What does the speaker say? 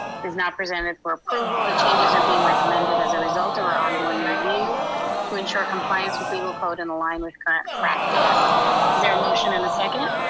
it is now presented for approval. the changes are being recommended as a result of our ongoing review to ensure with legal code in line with current practice. is there a motion and a second?